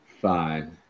Fine